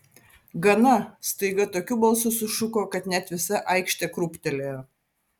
gana staiga tokiu balsu sušuko kad net visa aikštė krūptelėjo